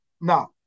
Now